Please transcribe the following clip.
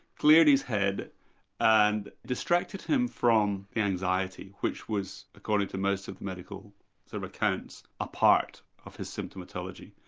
cleared his head and distracted him from the anxiety which was, according to most of the medical sort of accounts, a part of his symptomatology.